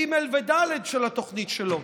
ג' וד' של התוכנית שלו.